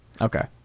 Okay